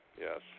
yes